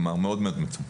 כלומר מאוד מצומצם.